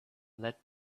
let